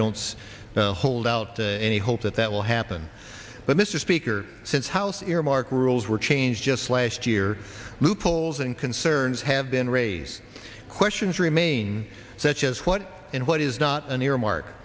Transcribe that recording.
don't hold out any hope that that will happen but mr speaker since house earmark rules were changed just last year loopholes and concerns have been raise questions remain such as what in what is not an earmark